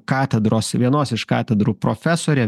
katedros vienos iš katedrų profesorė